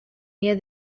near